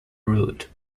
route